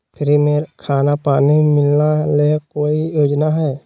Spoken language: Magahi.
फ्री में खाना पानी मिलना ले कोइ योजना हय?